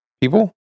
people